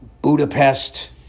Budapest